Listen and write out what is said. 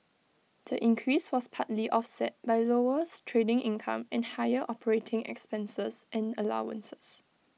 the increase was partly offset by lower trading income and higher operating expenses and allowances